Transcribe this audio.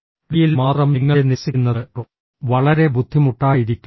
ഡിയിൽ മാത്രം നിങ്ങളെ നിരസിക്കുന്നത് വളരെ ബുദ്ധിമുട്ടായിരിക്കും